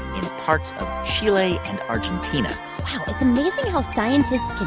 in parts of chile and argentina wow, it's amazing how scientists can